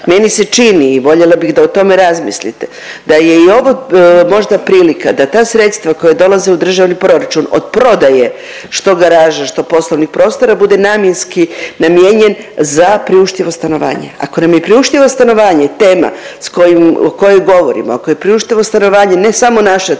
Meni se čini i voljela bih da o tome razmislite da je i ovo možda prilika da ta sredstva koja dolaze u državni proračun od prodaje što garaža, što poslovnih prostora, bude namjenski namijenjen za priuštivo stanovanje. Ako nam je priuštivo stanovanje tema s kojim, o kojoj govorimo, ako je priuštivo stanovanje ne samo naša